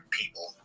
people